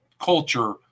culture